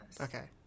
Okay